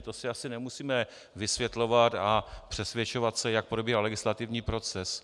Prostě si nemusíme vysvětlovat a přesvědčovat se, jak probíhá legislativní proces.